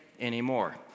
anymore